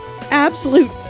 absolute